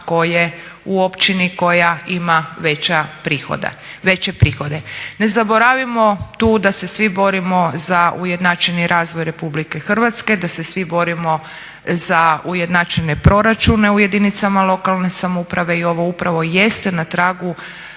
u općini koja ima veće prihode? Ne zaboravimo tu da se svi borimo za ujednačeni razvoj Republike Hrvatske, da se svi borimo za ujednačene proračune u jedinicama lokalne samouprave i ovo upravo jeste na tragu